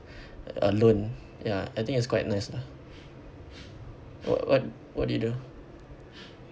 alone ya I think it's quite nice lah what what what do you do